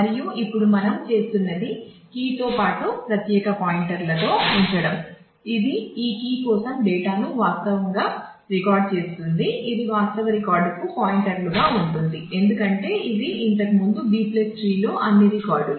మరియు ఇప్పుడు మనం చేస్తున్నది కీతో పాటు ప్రత్యేక పాయింటర్లలో ఉంచడం ఇది ఆ కీ కోసం డేటాను వాస్తవంగా రికార్డ్ చేస్తుంది ఇది వాస్తవ రికార్డుకు పాయింటర్లుగా ఉంటుంది ఎందుకంటే ఇది ఇంతకు ముందు B ట్రీలో అన్ని రికార్డులు